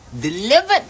Delivered